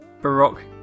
baroque